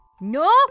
No